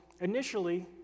initially